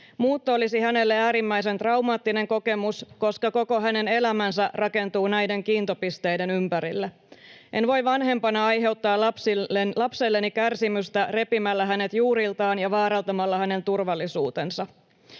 Muutto olisi hänelle äärimmäisen traumaattinen kokemus, koska koko hänen elämänsä rakentuu näiden kiintopisteiden ympärille. En voi vanhempana aiheuttaa lapselleni kärsimystä repimällä hänet juuriltaan ja vaarantamalla hänen turvallisuutensa.